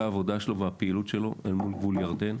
העבודה שלו והפעילות שלו אל מול גבול ירדן.